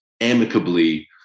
amicably